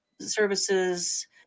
services